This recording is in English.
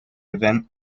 event